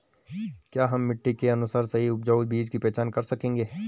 क्या हम मिट्टी के अनुसार सही उपजाऊ बीज की पहचान कर सकेंगे?